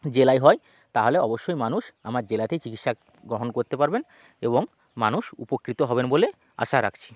জেলায় হয় তাহলে অবশ্যই মানুষ আমার জেলাতেই চিকিৎসা গ্রহণ করতে পারবেন এবং মানুষ উপকৃত হবেন বলে আশা রাখছি